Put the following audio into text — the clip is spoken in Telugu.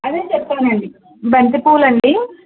అదే చెప్పానండి బంతి పూలండి